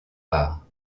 rare